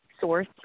source